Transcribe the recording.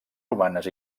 romanes